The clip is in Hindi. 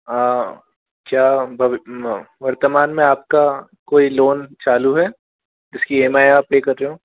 हाँ क्या वर्तमान में आपका कोई लोन चालू है जिसकी इ एम आई आप पै कर रहे हो